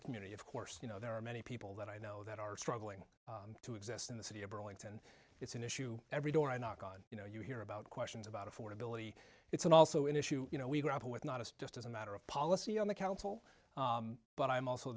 the community of course you know there are many people that i know that are struggling to exist in the city of burlington it's an issue every door i knock on you know you hear about questions about affordability it's an also an issue you know we grapple with not as just as a matter of policy on the council but i'm also